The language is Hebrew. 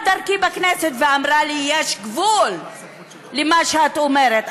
דרכי בכנסת ואמרה לי: יש גבול למה שאת אומרת.